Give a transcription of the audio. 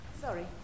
Sorry